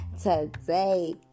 today